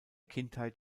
kindheit